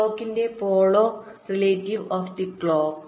ക്ലോക്കിന്റെ പോളോ relative of the clock